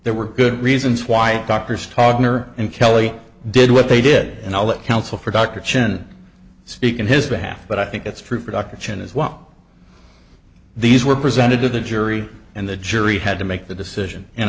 there were good reasons why doctors toddler and kelly did what they did and all that counsel for dr chen speak in his behalf but i think it's true production as well these were presented to the jury and the jury had to make the decision and